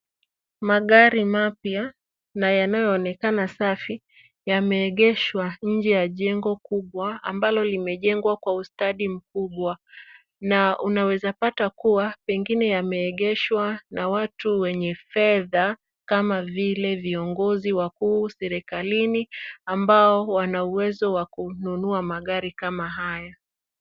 Magari mapya na yanaonekana safi yameegeshwa nje ya jengo kubwa ambalo limejengwa kwa ustadi mkubwa, na unaweza pata pengine yameegeshwa na watu wenye fedha kama vile viongozi wakuu serikalini ambao wanauwezo wa kununua magari kama haya.